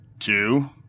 Two